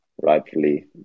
rightfully